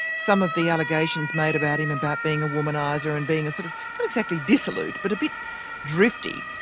some of the allegations made about him, about being a womaniser and being a sort of, not exactly dissolute, but a bit drifty,